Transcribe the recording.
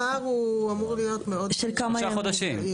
הפער אמור להיות של מספר ימים.